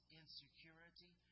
insecurity